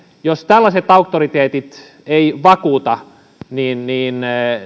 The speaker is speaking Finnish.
jos tällaiset auktoriteetit eivät vakuuta niin